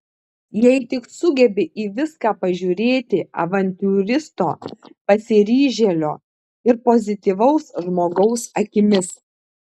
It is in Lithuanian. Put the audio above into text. jei tik sugebi į viską pažiūrėti avantiūristo pasiryžėlio ir pozityvaus žmogaus akimis